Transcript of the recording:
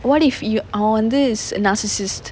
what if yo~ அவன் வந்து:avan vanthu is a narcissist